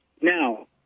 now